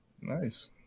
nice